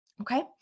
Okay